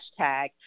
hashtag